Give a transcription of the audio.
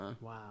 Wow